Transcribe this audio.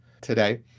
today